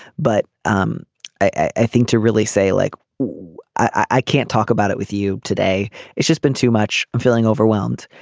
but um i think to really say like i can't talk about it with you today it's just been too much. i'm feeling overwhelmed.